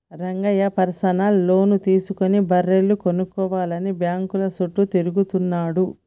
Rangayya personal loan తీసుకుని బర్రెలు కొనుక్కోవాలని బ్యాంకుల చుట్టూ తిరుగుతున్నాడు